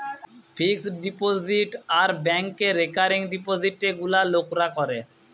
fixed deposit আর ব্যাংকে recurring ডিপোজিটে গুলা লোকরা করে